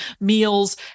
meals